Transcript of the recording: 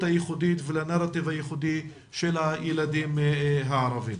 הייחודית ולנרטיב הייחודי של הילדים הערבים.